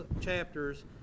chapters